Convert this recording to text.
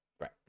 right